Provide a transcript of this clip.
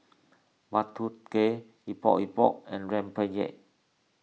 Bak Kut Teh Epok Epok and Rempeyek